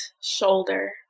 shoulder